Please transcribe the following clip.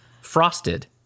frosted